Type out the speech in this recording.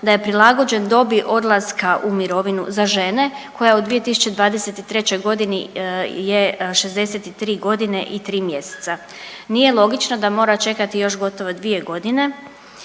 da je prilagođen dobi odlaska u mirovinu za žene koja u 2023.g. je 63.g. i 3. mjeseca. Nije logično da mora čekati još gotovo 2.g.